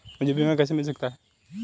मुझे बीमा कैसे मिल सकता है?